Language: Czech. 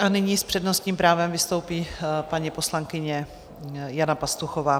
A nyní s přednostním právem vystoupí paní poslankyně Jana Pastuchová.